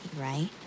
right